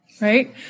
right